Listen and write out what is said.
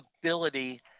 ability